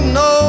no